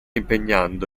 impegnando